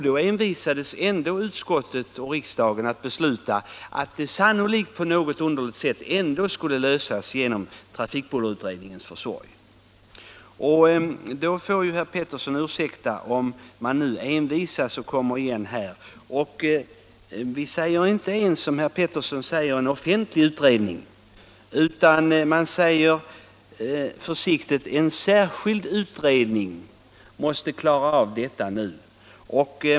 Då envisades utskottet och riksdagen att besluta så att dessa problem ändå sannolikt på något underligt sätt skulle lösas genom trafikbullerutredningens försorg. Herr Pettersson får ursäkta att vi envisas och kommer igen här. I reservationen föreslår vi inte, som herr Pettersson påstår, en offentlig utredning, utan vi säger att en särskild utredning måste klara av detta.